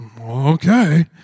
okay